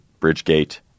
Bridgegate